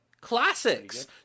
Classics